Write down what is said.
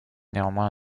néanmoins